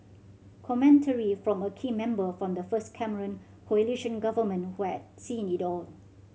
commentary from a key member from the first Cameron coalition government who had seen it all